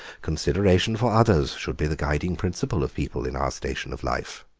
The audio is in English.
consideration for others should be the guiding principle of people in our station of life.